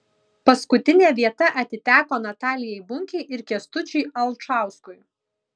paskutinė vieta atiteko natalijai bunkei ir kęstučiui alčauskui